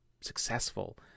successful